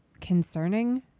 concerning